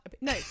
no